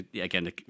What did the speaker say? again